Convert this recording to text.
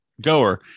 goer